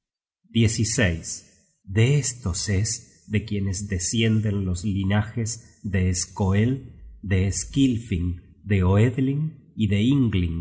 at de estos es de quienes descienden los linajes de skoeld de skilfing de oedling y de